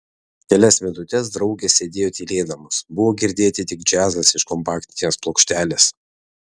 kelias minutes draugės sėdėjo tylėdamos buvo girdėti tik džiazas iš kompaktinės plokštelės